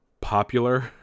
popular